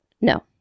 No